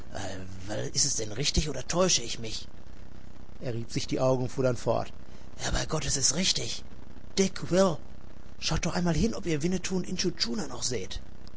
ist es denn richtig oder täusche ich mich er rieb sich die augen und fuhr dann fort ja bei gott es ist richtig dick will schaut doch einmal hin ob ihr winnetou und intschu tschuna noch seht